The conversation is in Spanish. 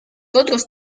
otros